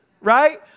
right